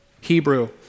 Hebrew